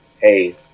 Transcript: hey